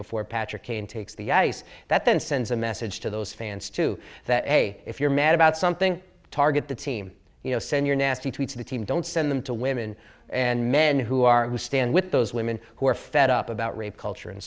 before patrick kane takes the ice that then sends a message to those fans too that hey if you're mad about something target the team you know send your nasty to the team don't send them to women and men who are who stand with those women who are fed up about rape culture